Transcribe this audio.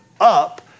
up